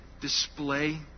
display